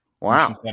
Wow